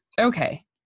okay